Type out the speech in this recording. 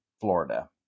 Florida